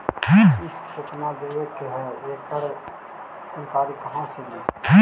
किस्त केत्ना देबे के है एकड़ जानकारी कहा से ली?